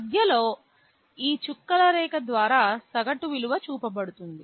మధ్యలో ఈ చుక్కల రేఖ ద్వారా సగటు విలువ చూపబడుతుంది